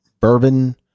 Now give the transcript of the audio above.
Bourbon